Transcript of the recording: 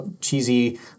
cheesy